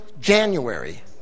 January